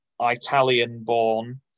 Italian-born